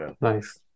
nice